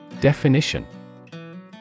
Definition